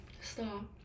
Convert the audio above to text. stop